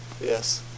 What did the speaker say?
Yes